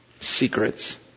secrets